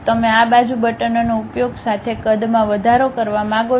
તમે આ બાજુ બટનોનો ઉપયોગ સાથે કદમાં વધારો કરવા માંગો છો